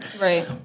Right